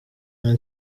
nta